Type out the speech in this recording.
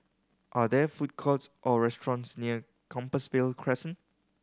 are there food courts or restaurants near Compassvale Crescent